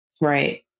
Right